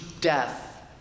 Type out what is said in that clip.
death